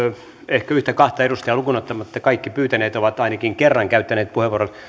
ehkä yhtä kahta edustajaa lukuun ottamatta kaikki pyytäneet ovat ainakin kerran käyttäneet puheenvuoron